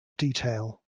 detail